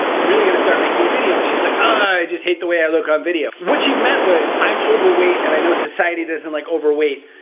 you really gotta start making video. and she's like, ugh, i just hate the way i look on video. what she meant was, i'm overweight and i know society doesn't like overweight,